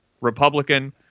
Republican